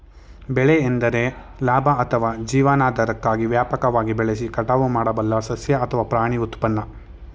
ಬೆಳೆ ಎಂದರೆ ಲಾಭ ಅಥವಾ ಜೀವನಾಧಾರಕ್ಕಾಗಿ ವ್ಯಾಪಕವಾಗಿ ಬೆಳೆಸಿ ಕಟಾವು ಮಾಡಬಲ್ಲ ಸಸ್ಯ ಅಥವಾ ಪ್ರಾಣಿ ಉತ್ಪನ್ನ